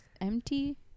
empty